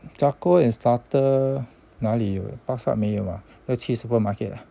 charcoal and starter 哪里有巴刹没有啊要去 supermarket ah